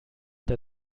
der